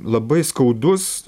labai skaudus